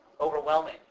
overwhelming